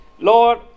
Lord